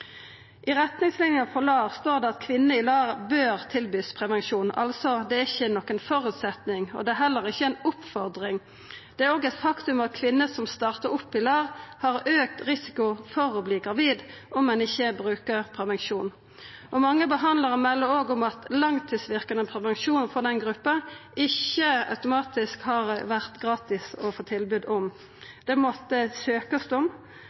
I retningslinjene for LAR står det at kvinner i LAR bør få tilbod om prevensjon – det er altså ikkje nokon føresetnad, og det er heller ikkje ei oppfordring. Det er òg eit faktum at kvinner som startar opp i LAR, har auka risiko for å verta gravide om dei ikkje brukar prevensjon. Mange behandlarar melder om at denne gruppa ikkje automatisk har fått tilbod om gratis langtidsverkande prevensjon. Det måtte søkjast om